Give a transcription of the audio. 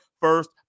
first